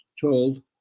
told